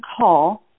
call